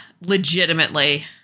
legitimately